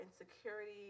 insecurity